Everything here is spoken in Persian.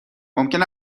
ممکن